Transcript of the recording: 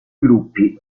gruppi